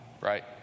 right